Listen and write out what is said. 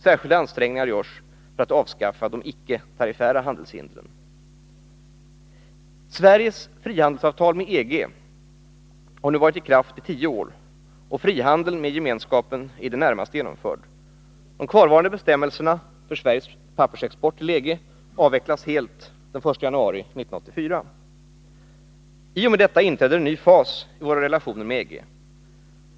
Särskilda ansträngningar görs för att avskaffa de icke tariffära handelshindren. Sveriges frihandelsavtal med EG har nu varit i kraft i tio år, och frihandeln med Gemenskapen är i det närmaste genomförd. De kvarvarande bestämmelserna för Sveriges pappersexport till EG avvecklas helt den 1 januari 1984. I och med detta inträder en ny fas i våra relationer med EG.